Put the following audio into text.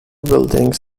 buildings